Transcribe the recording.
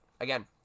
again